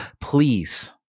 please